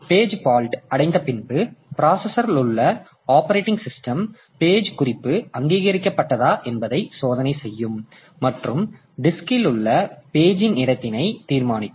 page fault அடைந்த பின்பு ப்ராசசர்லுள்ள ஆப்பரேட்டிங் சிஸ்டம் பேஜ்குறிப்பு அங்கீகரிக்கப்பட்ட என்பதை சோதனை செய்யும் மற்றும் டிஸ்க் இல் உள்ள பேஜ் இன் இடத்தினை தீர்மானிக்கும்